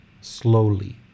slowly